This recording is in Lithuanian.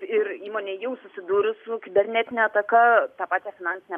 ir įmonei jau susidūrus su kibernetine ataka tą pačią finansinę